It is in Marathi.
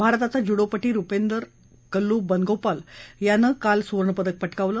भारताचा ज्यूडोपट् रुपेंदर कल्लू बनपागोल यानं काल सुवर्णपदक पटकावलं